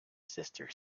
sister